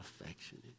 affectionate